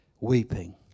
weeping